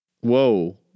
Whoa